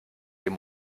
dem